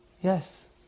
Yes